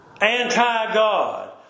anti-God